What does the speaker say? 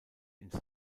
ins